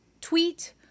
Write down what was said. tweet